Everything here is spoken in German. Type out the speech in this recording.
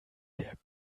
der